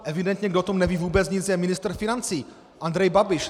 Evidentně, kdo o tom neví vůbec nic, je ministr financí Andrej Babiš.